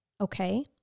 okay